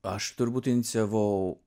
aš turbūt inicijavau